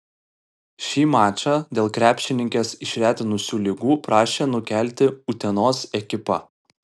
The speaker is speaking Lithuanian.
šį mačą dėl krepšininkes išretinusių ligų prašė nukelti utenos ekipa